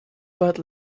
but